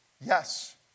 Yes